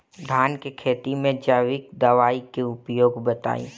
धान के खेती में जैविक दवाई के उपयोग बताइए?